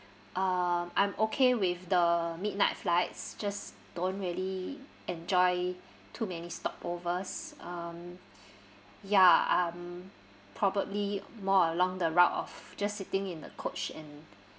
um I'm okay with the midnight flights just don't really enjoy too many stopovers um ya I'm probably more along the route of just sitting in the coach and